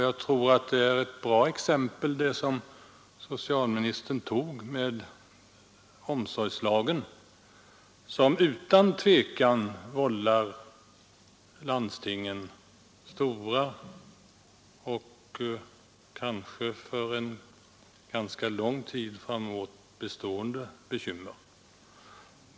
Jag tror att socialministern valde ett bra exempel då han nämnde omsorgslagen, som utan tvekan vållar landstingen stora och kanske för en lång tid framåt bestående bekymmer.